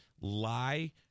lie